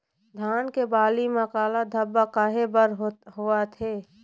धान के बाली म काला धब्बा काहे बर होवथे?